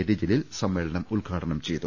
T Jaleel സമ്മേളനം ഉദ്ഘാടനം ചെയ്തു